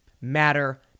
matter